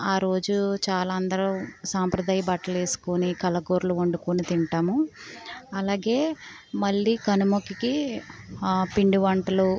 ఆరోజు చాలా అందరు సాంప్రదాయ బట్టలు వేసుకుని తల కూరలు వండుకుని తింటాము అలాగే మళ్ళీ కనుమకి పిండివంటలు